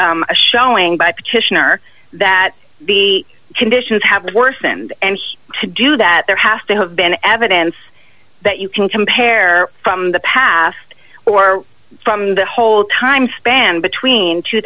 a showing by petitioner that the conditions have worsened and to do that there has to have been evidence that you can compare from the past or from the whole time span between tw